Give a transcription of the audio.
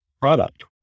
product